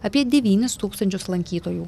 apie devynis tūkstančius lankytojų